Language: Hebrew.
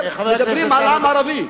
מדברים על "עם ערבי".